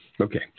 Okay